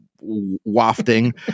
wafting